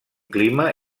clima